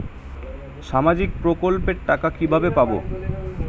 সামাজিক প্রকল্পের টাকা কিভাবে পাব?